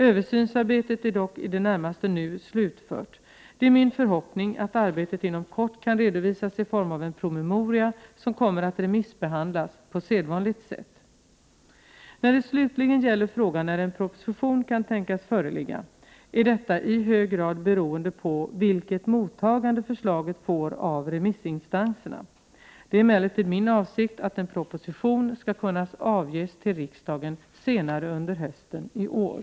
Översynsarbetet är dock nu i det närmaste slutfört. Det är min förhoppning att arbetet inom kort kan redovisas i form av en promemoria, som kommer att remissbehandlas på sedvanligt sätt. När det slutligen gäller frågan när en proposition kan tänkas föreligga är detta i hög grad beroende på vilket mottagande förslaget får av remissinstanserna. Det är emellertid min avsikt att en proposition skall kunna avges till riksdagen senare under hösten i år.